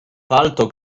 palto